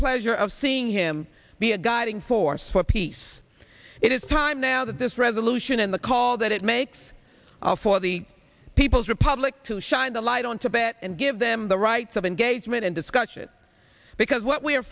pleasure of seeing him be a guiding force for peace it is time now that this revolution in the call that it makes for the people's republic to shine the light on tibet and give them the rights of engagement and discussion because what we